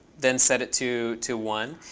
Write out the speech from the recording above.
then set it to to one.